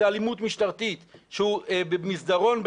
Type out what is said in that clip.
זו אלימות משטרתית,